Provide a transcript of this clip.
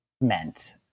meant